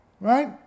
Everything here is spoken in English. Right